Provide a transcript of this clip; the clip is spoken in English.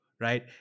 Right